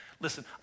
Listen